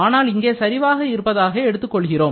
ஆனால் இங்கே சரிவாக இருப்பதாக எடுத்துக் கொள்கிறோம்